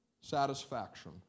satisfaction